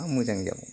मा मोजां जाबावनो